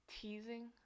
teasing